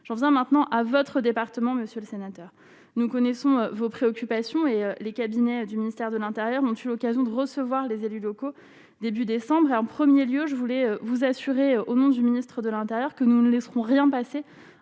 ressens maintenant à votre département, Monsieur le Sénateur, nous connaissons vos préoccupations et les cabinets du ministère de l'Intérieur, ont eu l'occasion de recevoir les élus locaux début décembre et, en 1er lieu je voulais vous assurer, au nom du ministre de l'Intérieur, que nous ne laisserons rien passer